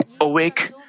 awake